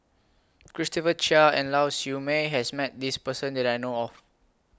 Christopher Chia and Lau Siew Mei has Met This Person that I know of